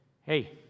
hey